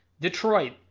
Detroit